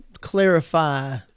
clarify